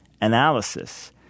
analysis